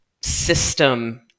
system